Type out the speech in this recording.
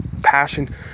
passion